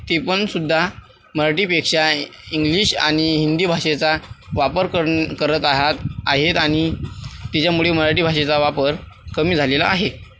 ते पण सुद्धा मराठीपेक्षा इंग्लिश आणि हिंदी भाषेचा वापर करत आहात आहेत आणि त्याच्यामुळे मराठी भाषेचा वापर कमी झालेला आहे